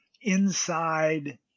inside